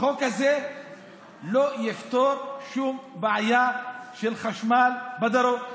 החוק הזה לא יפתור שום בעיה של חשמל בדרום,